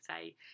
say